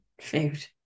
Food